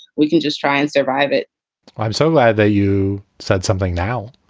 we can just try and survive it i'm so glad that you said something now,